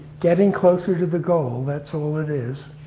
getting closer to the goal that's all it is.